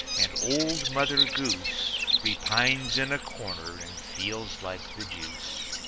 and old mother goose repines in a corner and feels like the deuce,